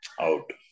out